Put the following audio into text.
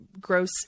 gross